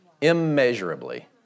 immeasurably